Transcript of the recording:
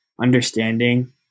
understanding